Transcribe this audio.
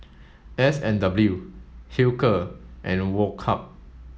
S and W Hilker and Woh Hup